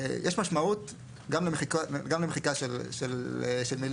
יש משמעות גם למחיקה של מילים